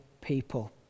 people